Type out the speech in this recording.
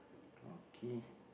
okay